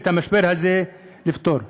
את המשבר הזה לפתור לאלתר.